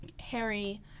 Harry